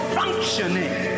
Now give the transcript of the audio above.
functioning